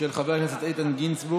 שעליה נצביע, של חבר הכנסת איתן גינזבורג,